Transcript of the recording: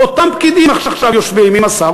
אותם פקידים עכשיו יושבים עם השר,